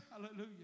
hallelujah